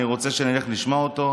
אני רוצה שנלך לשמוע אותו.